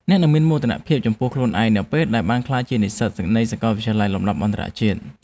អ្នកនឹងមានមោទនភាពចំពោះខ្លួនឯងនៅពេលដែលបានក្លាយជានិស្សិតនៃសាកលវិទ្យាល័យលំដាប់អន្តរជាតិ។